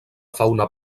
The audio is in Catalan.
fauna